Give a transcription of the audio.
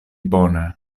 bone